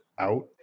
out